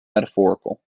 metaphorical